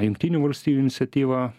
jungtinių valstijų iniciatyva